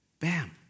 Bam